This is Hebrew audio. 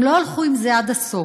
רק הם לא הלכו עם זה עד הסוף,